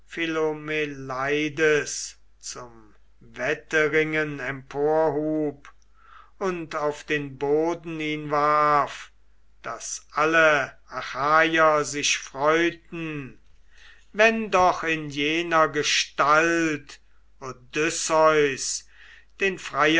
zum wetteringen emporhub und auf den boden ihn warf daß alle achaier sich freuten wenn doch in jener gestalt odysseus den